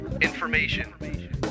information